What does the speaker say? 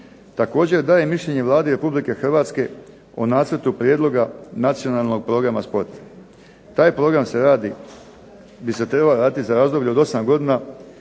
Također daje mišljenje Vladi Republike Hrvatske o nacrtu prijedloga nacionalnog programa sporta. Taj program bi se trebao raditi kao program od 8 godina